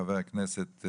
חבר הכנסת,